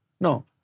No